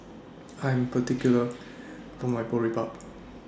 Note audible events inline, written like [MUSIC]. I Am particular [UNINTELLIGIBLE] My Boribap